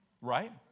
right